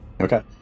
Okay